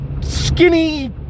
skinny